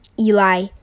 Eli